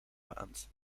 maand